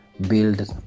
build